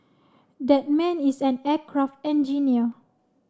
that man is an aircraft engineer